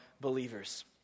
believers